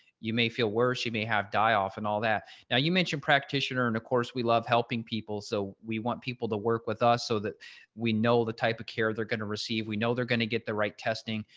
you may feel worse, you may have die off and all that. now you mentioned practitioner and of course we love helping people. so we want people to work with us so that we know the type of care they're going to receive. we know they're going to get the right testing.